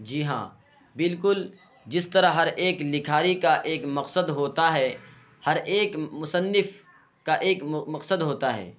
جی ہاں بالکل جس طرح ہر ایک لکھاری کا ایک مقصد ہوتا ہے ہر ایک مصنف کا ایک مقصد ہوتا ہے